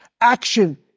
action